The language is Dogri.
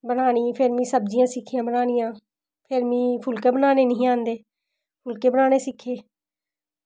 बनानी ते फिर में सब्जियां सिक्खियां बनाना फिर मिगी फुलके बनाना निं हे आंदे फुलके बनाना सिक्खे